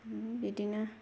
बिदिनो